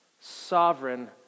Sovereign